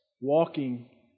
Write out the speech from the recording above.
walking